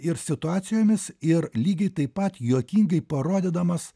ir situacijomis ir lygiai taip pat juokingai parodydamas